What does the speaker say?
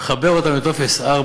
לחבר אותם לטופס 4,